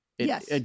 Yes